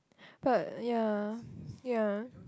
but ya ya